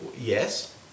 Yes